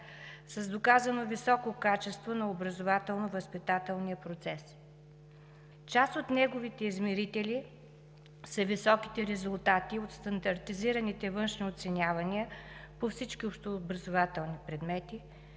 с доказано високо качество на образователно-възпитателния процес. Част от неговите измерители са високите резултати в стандартизираните външни оценявания по всички общообразователни предмети,